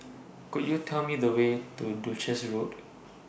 Could YOU Tell Me The Way to Duchess Road